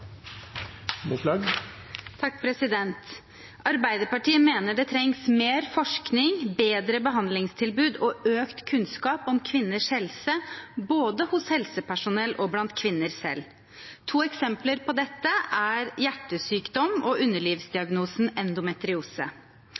Arbeiderpartiet mener det trengs mer forskning, bedre behandlingstilbud og økt kunnskap om kvinners helse både hos helsepersonell og blant kvinner selv. To eksempler på dette er hjertesykdom og underlivsdiagnosen endometriose.